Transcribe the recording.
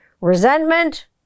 resentment